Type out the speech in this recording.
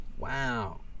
wow